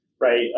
Right